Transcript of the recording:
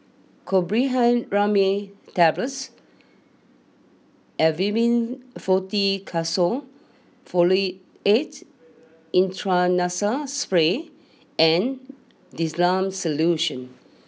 Chlorpheniramine Tablets Avamys Fluticasone Furoate Intranasal Spray and Difflam Solution